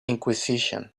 inquisition